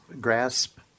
grasp